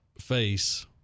face